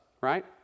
right